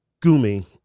Gumi